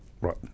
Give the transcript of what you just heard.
Right